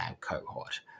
cohort